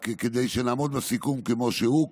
רק כדי שנעמוד בסיכום כמו שהוא,